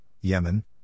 Yemen